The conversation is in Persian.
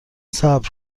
صبر